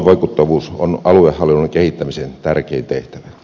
aluevaikuttavuus on aluehallinnon kehittämisen tärkein tehtävä